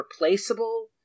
replaceable